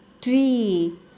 tree